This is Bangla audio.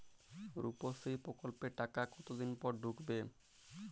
রুপশ্রী প্রকল্পের টাকা কতদিন পর ঢুকবে?